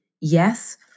Yes